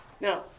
Now